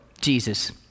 Jesus